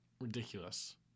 ridiculous